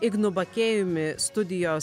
ignu bakėjumi studijos